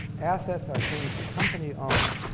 assets are things the company owns.